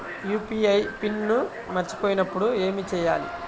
UPI PIN మరచిపోయినప్పుడు ఏమి చేయాలి?